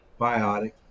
biotic